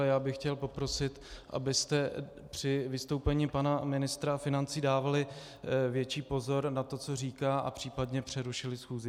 Já bych chtěl poprosit, abyste při vystoupení pana ministra financí dávali větší pozor na to, co říká, a případně přerušili schůzi.